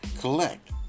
collect